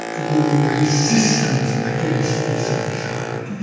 the resistance against this anxiety.